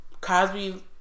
Cosby